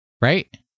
right